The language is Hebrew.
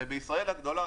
ובישראל הגדולה,